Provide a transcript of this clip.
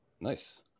Nice